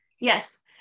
Yes